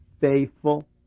faithful